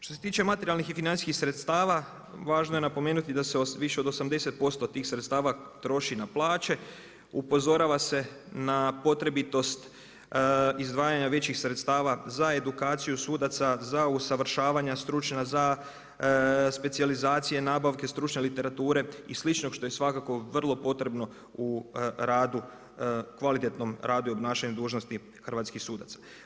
Što se tiče materijalnih i financijskih sredstava, važno je napomenuti da se više od 80% tih sredstava troši na plaće, upozorava se na potrebitost izdvajanja većih sredstava za edukaciju sudaca, za usavršavanja stručna, za specijalizacije, nabavke stručne literature i sličnog što je svakako vrlo potrebno u kvalitetnom radu i obnašanju dužnosti hrvatskih sudaca.